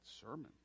sermon